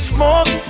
Smoke